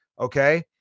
Okay